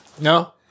no